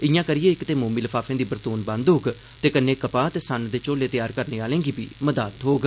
ईआ करियै इक ते मोमी लफाफें दी बरतोन बद्द होग ते कन्नै कपाह ते सन्न दे झोले तैयार करने आहलें गी बी मदाद थ्होग